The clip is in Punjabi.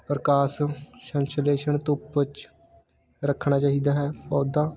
ਪ੍ਰਕਾਸ਼ ਸੰਸ਼ਲੇਸ਼ਨ ਧੁੱਪ 'ਚ ਰੱਖਣਾ ਚਾਹੀਦਾ ਹੈ ਪੌਦਾ